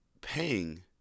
paying